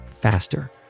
faster